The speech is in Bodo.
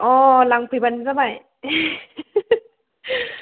अ लांफैबानो जाबाय